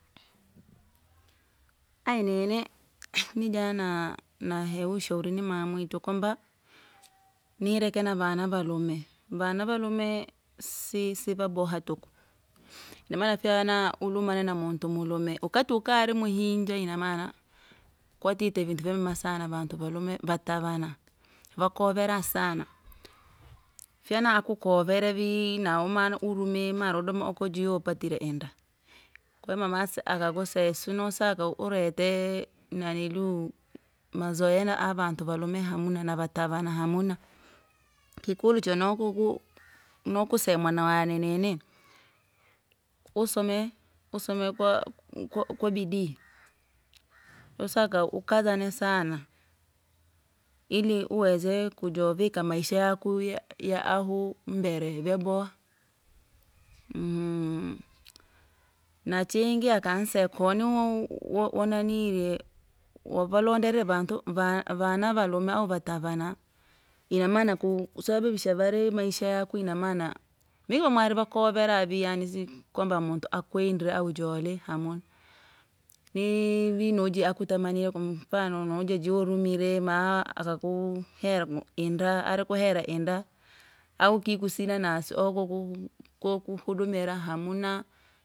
Ayu nini, nija naa- nahewa ushauri ni wama wamito kwamba, nireke na vana valume. vana valume si- sivaboha tuku, inamana fana ulumane na mntu mulume wakati ukari muhinja inamana, kwatete vintu vyamema sana vantu valume vatavana, vakovera sana, fana akukovere vii nawewe maurume, mara udome oko jiyo wapitire inda. Kwe mamasu akakuse sinosaka urete nanilu mazoea naavavantu valume hamuna navatavana hamuna, kikulu chenokuku, nokuseya mwarawane nini, usome usome kwa- kwa- nkwabidi, nosaka ukazana sana. Iri uweze kujaovika maisha iya- iya- ahu mbere vyaboha. Na chingi akanseya koniwou wonanilie wavalondela vantu va- vana valume au vatavana, inamana ku- kusababisha vari maisha yaku inamana vingi! Vamwari vakovera vii si- kwamba muntu akwendire au njoli hamnoa. Nii vinoji niakutamanirye kwamfano nojaju warumire maa- akakuhera mu- indea arikuhera inda, au kii kusina nasi okuku kokuhudumira hamuna.